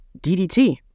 DDT